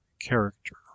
character